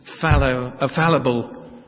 fallible